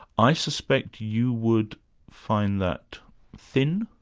i suspect you would find that thing?